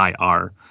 IR